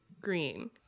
green